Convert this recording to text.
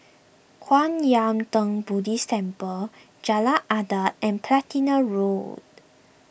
Kwan Yam theng Buddhist Temple Jalan Adat and Platina Road